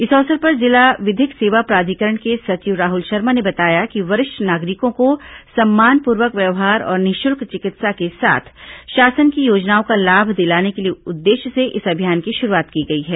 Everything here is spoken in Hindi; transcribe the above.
इस अवसर पर जिला विधिक सेवा प्राधिकरण के सचिव राहुल शर्मा ने बताया कि वरिष्ठ नागरिकों को सम्मानपूर्वक व्यवहार और निःशुल्क चिकित्सा के साथ शासन की योजनाओं का लाभ दिलाने के उद्देश्य से इस अभियान की शुरूआत की गई है